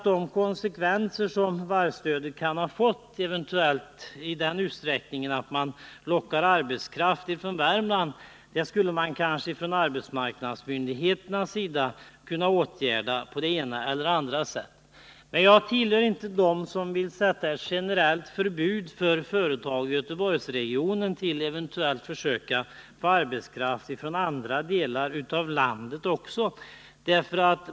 De konsekvenser som varvsstödet eventuellt kan ha fått genom att locka arbetskraft från Värmland skulle man kanske från arbetsmarknadsmyndigheternas sida kunna göra någonting åt på det ena eller andra sättet. Jag tillhör inte dem som vill införa generellt förbud för företag i Göteborgsregionen att eventuellt försöka få arbetskraft från andra delar av landet.